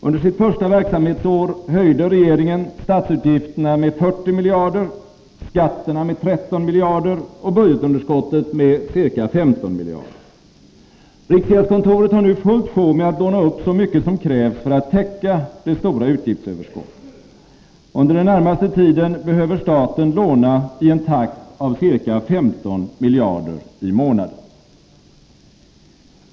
Under sitt första verksamhetsår höjde regeringen statsutgifterna med 40 miljarder kronor, skatterna med 13 miljarder och budgetunderskottet med ca 15 miljarder. Riksgäldskontoret har nu fullt sjå med att låna upp så mycket som krävs för att täcka det stora utgiftsöverskottet. Under den närmaste tiden behöver staten låna i en takt av ca 15 miljarder i månaden.